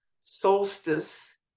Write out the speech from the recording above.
solstice